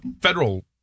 federal